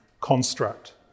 construct